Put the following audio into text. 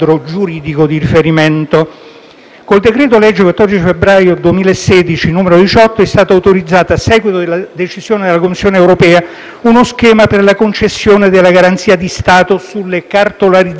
il decreto-legge 14 febbraio 2016, n. 18 è stato autorizzato, a seguito della decisione della Commissione europea, uno schema per la concessione della garanzia di Stato sulla cartolarizzazione dei crediti in sofferenza,